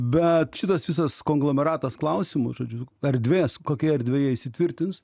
bet šitas visas konglomeratas klausimų žodžiu erdvės kokioje erdvėje įsitvirtins